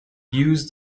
use